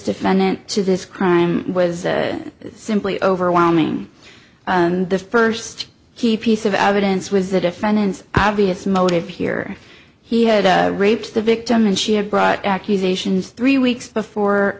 defendant to this crime was simply overwhelming and the first key piece of evidence was the defendant's obvious motive here he had raped the victim and she had brought accusations three weeks before